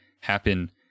happen